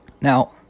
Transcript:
Now